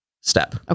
step